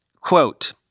Quote